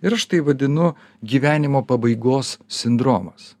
ir aš tai vadinu gyvenimo pabaigos sindromas